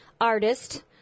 artist